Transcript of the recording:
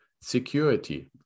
Security